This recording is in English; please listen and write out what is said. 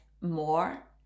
more